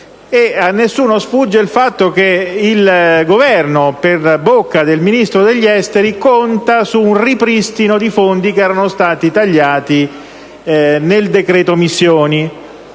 la nuova Libia ed il fatto che il Governo, per bocca del Ministro degli esteri, conta sul ripristino di fondi che erano stati tagliati nel decreto missioni.